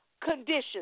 conditions